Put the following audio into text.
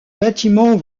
bâtiment